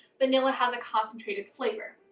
vanilla has a concentrated flavor.